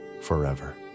forever